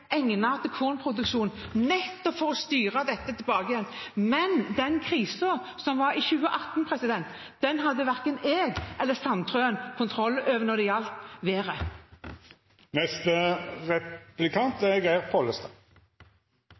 støtte til grasproduksjon i arealer som er egnet til kornproduksjon, nettopp for å styre dette tilbake igjen. Men den krisen som var i 2018, hadde verken jeg eller representanten Sandtrøen kontroll over når det gjaldt